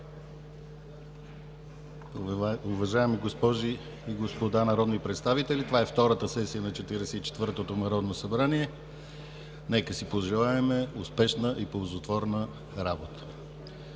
Уважаеми госпожи и господа народни представители, това е Втората сесия на Четиридесет и четвъртото народно събрание. Нека си пожелаем успешна и ползотворна работа!